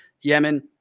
yemen